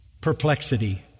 Perplexity